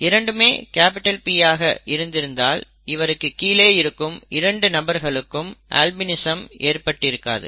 இரண்டுமே P ஆக இருந்திருந்தால் இவருக்கு கீழே இருக்கும் இரண்டு நபர்களுக்கு அல்பினிசம் ஏற்பட்டு இருக்காது